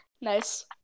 Nice